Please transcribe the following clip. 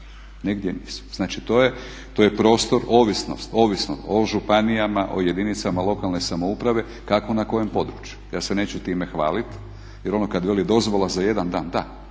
negdje nisu. Znači to je prostor ovisno o županijama, o jedinicama lokalne samouprave, kako na kojem području. Ja se neću time hvaliti jer ono kad veli dozvola za jedan dan, da,